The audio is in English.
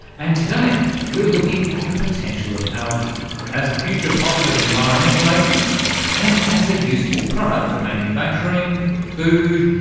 and today we're looking at the potential of algae as a future positive environmental agent and as a useful product for manufacturing, for food,